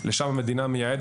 לפני למעלה מ-20 שנה,